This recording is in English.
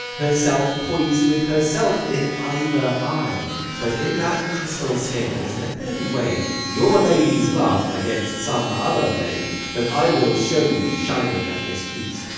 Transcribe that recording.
herself pois'd with herself in either eye but in that crystal scales let there be weigh'd your lady's love against some other maid that i will show you shining at this feast,